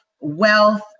wealth